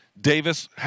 Davis